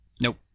Nope